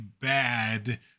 bad